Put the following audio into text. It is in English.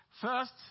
First